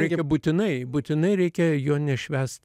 reikia būtinai būtinai reikia jonines švęst